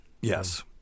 Yes